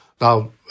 Now